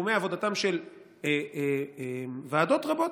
בתחומי עבודתן של ועדות רבות,